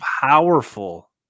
powerful